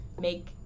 make